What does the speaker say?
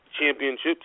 championships